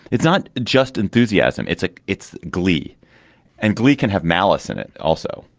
it's not just enthusiasm. it's ah it's glee and glee can have malice in it also.